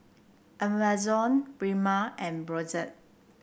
Amazon Prima and Brotzeit